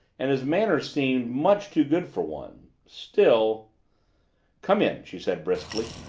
and his manners seem much too good for one still come in, she said briskly.